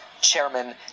chairman